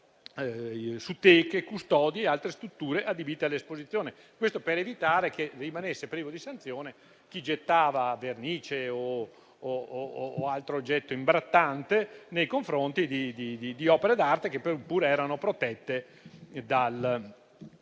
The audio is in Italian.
su teche, custodie e altre strutture adibite all'esposizione, per evitare che rimanga privo di sanzione chi getta vernice o altro oggetto imbrattante su opere d'arte che pure sono protette per